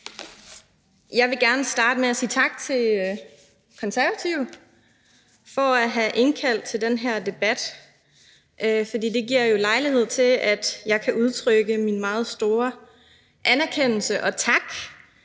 Jeg vil gerne starte med at sige tak til Konservative for at have indkaldt til den her debat, for det giver jo lejlighed til, at jeg kan udtrykke min meget store anerkendelse af og tak